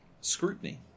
scrutiny